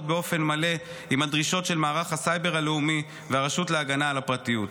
באופן מלא עם הדרישות של מערך הסייבר הלאומי והרשות להגנה על הפרטיות.